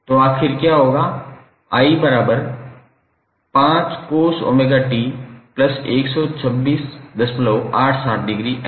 तो आखिरकार क्या होगा 𝑖5cos𝜔𝑡12687°A